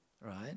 right